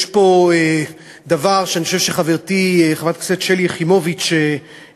יש פה דבר שאני חושב שחברתי חברת הכנסת שלי יחימוביץ הדגישה,